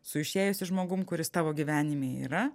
su išėjusiu žmogum kuris tavo gyvenime yra